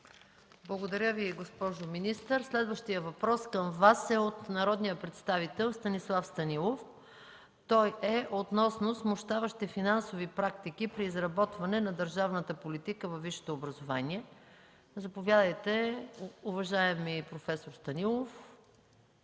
Благодаря Ви, госпожо министър. Следващият въпрос към Вас е от народния представител Станислав Станилов относно смущаващи финансови практики при изработване на държавната политика във висшето образование. Заповядайте, уважаеми проф. Станилов,